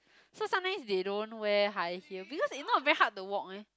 so sometimes they don't wear high heel because if not very hard to walk eh